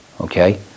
okay